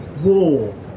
war